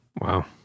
Wow